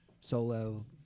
solo